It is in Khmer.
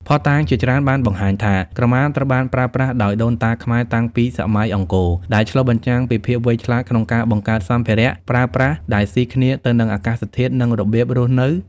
ភស្តុតាងជាច្រើនបានបង្ហាញថា ក្រមាត្រូវបានប្រើប្រាស់ដោយដូនតាខ្មែរតាំងពីសម័យអង្គរ ដែលឆ្លុះបញ្ចាំងពីភាពវៃឆ្លាតក្នុងការបង្កើតសម្ភារៈប្រើប្រាស់ដែលស៊ីគ្នាទៅនឹងអាកាសធាតុ និងរបៀបរស់នៅ។